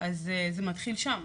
אז זה מתחיל שם